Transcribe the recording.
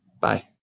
bye